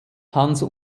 hans